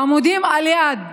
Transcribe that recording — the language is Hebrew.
העמודים על יד,